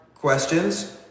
questions